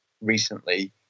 recently